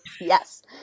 yes